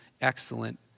excellent